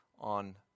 on